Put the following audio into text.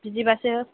बिदिबासो